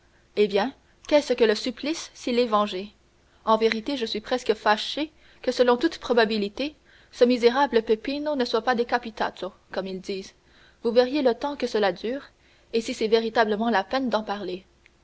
eh bien qu'est-ce que le supplice s'il s'est vengé en vérité je suis presque fâché que selon toute probabilité ce misérable peppino ne soit pas decapitato comme ils disent vous verriez le temps que cela dure et si c'est véritablement la peine d'en parler